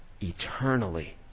eternally